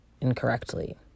incorrectly